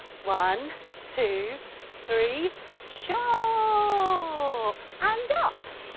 one two three so chop! and up!